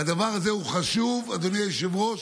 והדבר הזה חשוב, אדוני היושב-ראש,